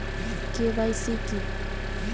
KYC কী?